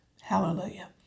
Hallelujah